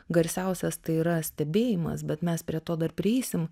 garsiausias tai yra stebėjimas bet mes prie to dar prieisim